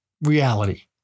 reality